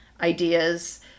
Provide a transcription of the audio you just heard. ideas